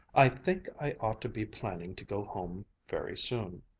i think i ought to be planning to go home very soon.